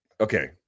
okay